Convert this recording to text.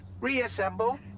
Reassemble